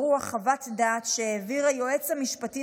ברוח חוות דעת שהעביר היועץ המשפטי